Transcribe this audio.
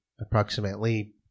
approximately